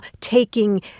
taking